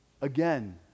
again